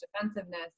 defensiveness